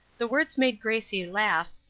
the words made gracie laugh,